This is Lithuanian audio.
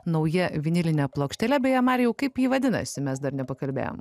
nauja viniline plokštele beje marijau kaip ji vadinasi mes dar nepakalbėjom